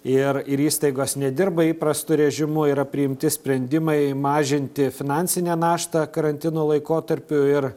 ir ir įstaigos nedirba įprastu režimu yra priimti sprendimai mažinti finansinę naštą karantino laikotarpiu ir